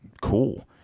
cool